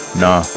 nah